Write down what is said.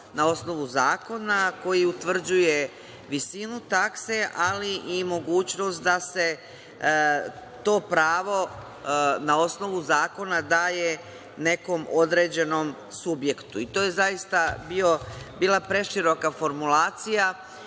na osnovu zakona koji utvrđuje visinu takse, ali i mogućnost da se to pravo na osnovu zakona daje nekom određenom subjektu. I to je zaista bila preširoka formulacija.